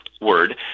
word